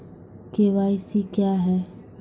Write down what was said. KYC क्या हैं?